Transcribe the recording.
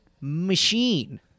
machine